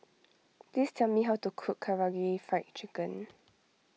please tell me how to cook Karaage Fried Chicken